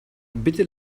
bitte